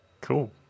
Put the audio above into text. Cool